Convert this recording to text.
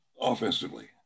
offensively